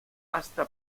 hasta